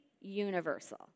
universal